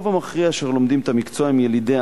הרוב המכריע אשר לומדים את המקצוע הם ילידי